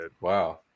wow